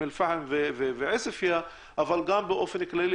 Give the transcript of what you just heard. אם אל פחם ועוספייה אבל גם באופן כללי